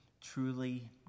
truly